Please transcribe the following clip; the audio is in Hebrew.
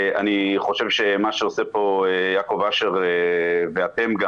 מה שעושה חבר הכנסת אשר ואתם,